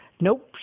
Nope